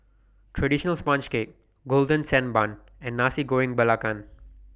Traditional Sponge Cake Golden Sand Bun and Nasi Goreng Belacan